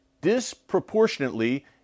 disproportionately